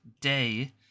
day